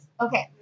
Okay